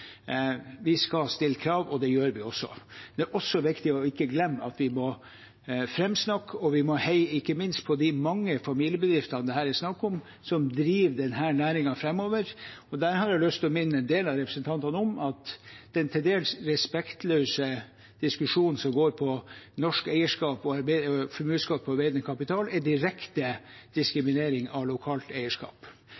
vi skal stille krav, og det gjør vi også. Det er også viktig å ikke glemme at vi må framsnakke og vi må heie ikke minst på de mange familiebedriftene det her er snakk om, som driver denne næringen framover. Jeg har lyst til å minne en del av representantene om at den til dels respektløse diskusjonen som går på norsk eierskap og formuesskatt på arbeidende kapital, er direkte